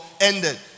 ended